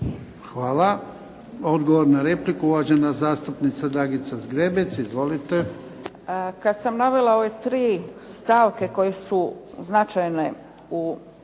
Hvala. Odgovor na repliku, uvažena zastupnica Dragica Zgrebec. Izvolite. **Zgrebec, Dragica (SDP)** Kad sam navela ove tri stavke koje su značajne na